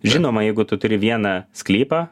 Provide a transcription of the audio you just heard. žinoma jeigu tu turi vieną sklypą